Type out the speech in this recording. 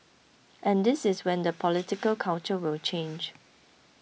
and this is when the political culture will change